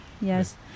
Yes